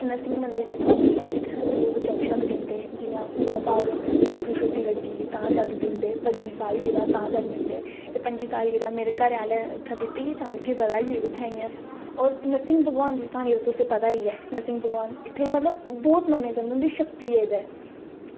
नरसिंह मंदर ऐ जेह्का इत्थें लोग यज्ञ दिंदे जियां कुसै दे घर मुड़ा होया जां नौकरी लग्गी तां यज्ञ दिंदे पंजमी सालगिरह तां यज्ञ दिंदे ते मेरे घरै आह्लें उत्थें दिती ते ता मिगी पता ई ते नरसिंह भगवान दी क्हानी ते तुसेंगी पता ई ऐ की नरसिंह भगवान इत्थें मतलब बहोत मन्ने जंदे ऐ इत्थें शक्ति ऐ उंदी